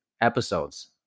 episodes